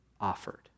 offered